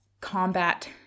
combat